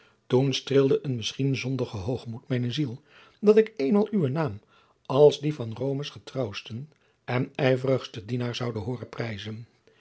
toen streelde een misschien zondige hoogmoed mijne ziel dat ik eenmaal uwen naam als dien van romes getrouwsten en ijverigsten dienaar zoude hooren prijzen